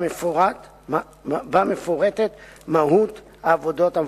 שבה מפורטת מהות העבודות המבוקשות.